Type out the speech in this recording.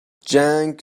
جنگ